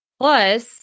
Plus